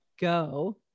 go